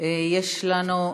יש לנו,